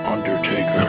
Undertaker